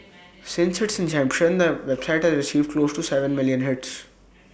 since its inception the website has received close to Seven million hits